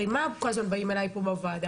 הרי מה כל הזמן באים אליי פה בוועדה,